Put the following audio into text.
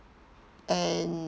and